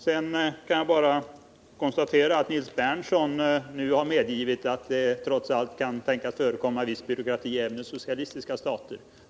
Sedan kan jag bara konstatera att Nils Berndtson nu medgivit att det trots allt kan tänkas förekomma viss byråkrati även i socialistiska stater.